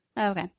Okay